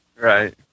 Right